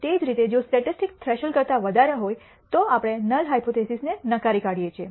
તેથી તે જ રીતે જો સ્ટેટિસ્ટિક્સ થ્રેશોલ્ડ કરતા વધારે હોય તો આપણે નલ હાયપોથીસિસને નકારી કાઢએ છીએ